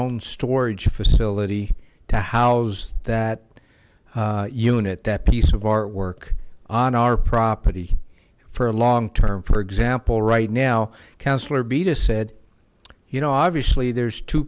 own storage facility to house that unit that piece of artwork on our property for a long term for example right now councilor b just said you know obviously there's two